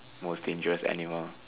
most dangerous animal